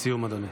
לסיום, אדוני.